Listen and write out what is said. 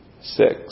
Six